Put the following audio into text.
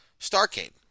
Starcade